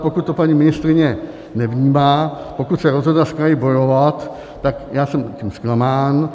Pokud to paní ministryně nevnímá, pokud se rozhodla s kraji bojovat, tak já jsem zklamán.